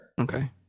okay